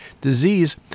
disease